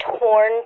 torn